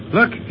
Look